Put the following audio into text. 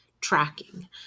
tracking